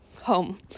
home